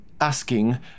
asking